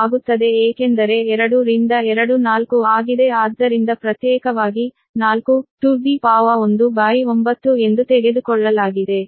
ಆಗುತ್ತದೆ ಏಕೆಂದರೆ 2 ರಿಂದ 2 4 ಆಗಿದೆ ಆದ್ದರಿಂದ ಪ್ರತ್ಯೇಕವಾಗಿ 19 ಎಂದು ತೆಗೆದುಕೊಳ್ಳಲಾಗಿದೆ